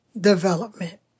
Development